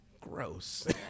Gross